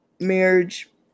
marriage